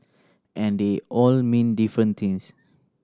and they all mean different things